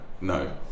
no